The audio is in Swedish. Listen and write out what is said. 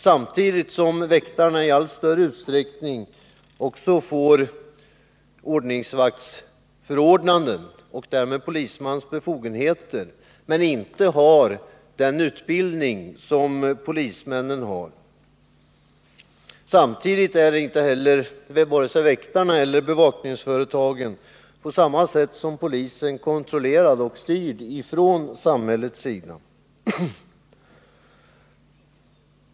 Samtidigt får väktarna i allt större utsträckning ordningsvaktsförordnanden och därmed polismans befogenheter, trots att de inte har den utbildning som polismännen har. Bevakningsföretagen är inte heller på samma sätt som polisen kontrollerade och styrda av samhället.